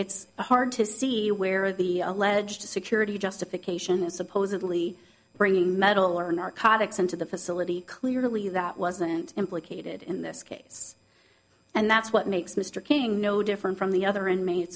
it's hard to see where the alleged security justification is supposedly bringing metal or narcotics into the facility clearly that wasn't implicated in this case and that's what makes mr king no different from the other inma